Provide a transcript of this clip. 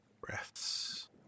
breaths